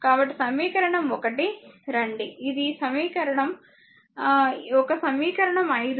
కాబట్టి సమీకరణం 1 రండి ఇది సమీకరణం ఒక సమీకరణం 5 అంటే i2 2 i 3